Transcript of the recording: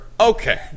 okay